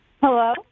Hello